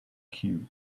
cue